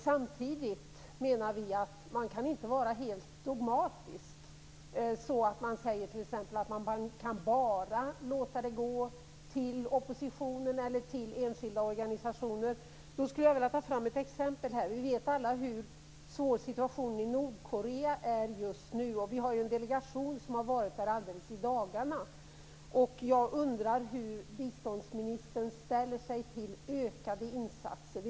Samtidigt menar vi att det inte går att vara helt dogmatisk, dvs. att biståndet kan bara gå till oppositionen eller till enskilda organisationer. Jag skulle vilja ta fram ett exempel. Vi vet alla hur svår situationen är i Nordkorea just nu. En delegation har varit där i dagarna. Jag undrar hur biståndsministern ställer sig till ökade insatser?